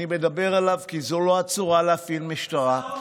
אני מדבר עליו כי זו לא הצורה להפעיל משטרה,